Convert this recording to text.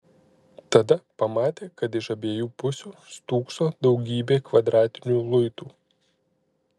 tada pamatė kad iš abiejų pusių stūkso daugybė kvadratinių luitų